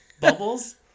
bubbles